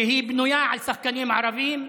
שבנויה על שחקנים ערבים,